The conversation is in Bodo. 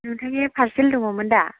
नोंथांनि पारसेल दङमोन दा